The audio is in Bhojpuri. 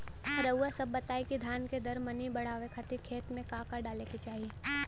रउआ सभ बताई कि धान के दर मनी बड़ावे खातिर खेत में का का डाले के चाही?